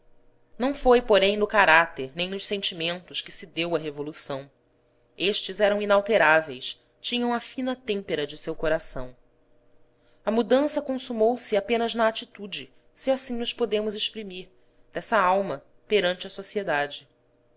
não foi porém no caráter nem nos sentimentos que se deu a revolução estes eram inalteráveis tinham a fina têmpera de seu coração a mudança consumou se apenas na atitude se assim nos podemos exprimir dessa alma perante a sociedade